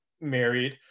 married